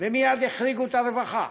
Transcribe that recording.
ומייד החריגו את הרווחה,